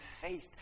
faith